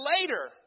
later